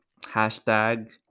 hashtag